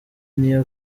niyo